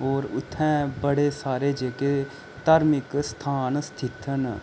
होर उत्थैं बड़े सारे जेह्के धार्मिक स्थान स्थित न